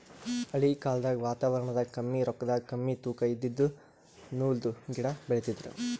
ಹಳಿ ಕಾಲ್ದಗ್ ವಾತಾವರಣದಾಗ ಕಮ್ಮಿ ರೊಕ್ಕದಾಗ್ ಕಮ್ಮಿ ತೂಕಾ ಇದಿದ್ದು ನೂಲ್ದು ಗಿಡಾ ಬೆಳಿತಿದ್ರು